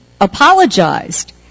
apologized